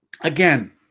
Again